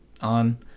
on